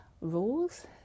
rules